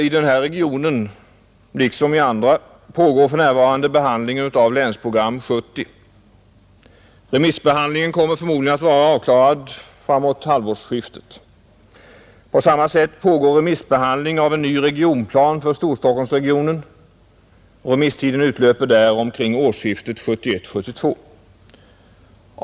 I den här regionen — liksom i andra — pågår för närvarande behandlingen av Länsprogram 70. Remissbehandlingen kommer förmodligen att vara avklarad framåt halvårsskiftet. På samma sätt pågår remissbehandling av en ny regionplan för Storstockholmsregionen, Remisstiden utlöper där omkring årsskiftet 1971-1972.